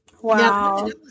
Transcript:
Wow